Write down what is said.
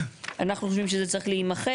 אנחנו חושבים שזה צריך להימחק.